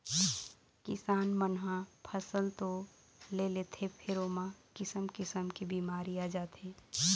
किसान मन ह फसल तो ले लेथे फेर ओमा किसम किसम के बिमारी आ जाथे